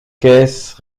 caisses